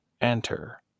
enter